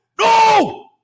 No